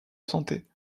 santé